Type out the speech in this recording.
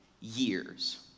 years